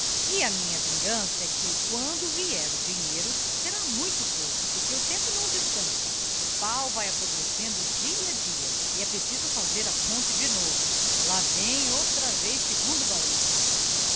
e a minha vingança é que quando vier o dinheiro será muito pouco porque o tempo não descança o páo vae apodrecendo dia a dia e é preciso fazer a ponte de novo lá vem outra vez segundo barulho